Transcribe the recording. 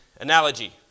analogy